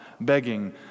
begging